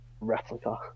Replica